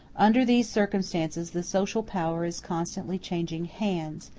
under these circumstances the social power is constantly changing hands,